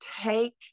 take